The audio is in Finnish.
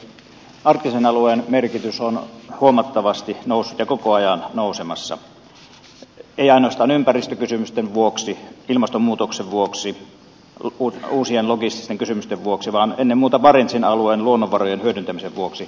arktisen alueen merkitys on huomattavasti noussut ja koko ajan nou semassa ei ainoastaan ympäristökysymysten vuoksi ilmastonmuutoksen vuoksi uusien logististen kysymysten vuoksi vaan ennen muuta barentsin alueen luonnonvarojen hyödyntämisen vuoksi